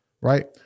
right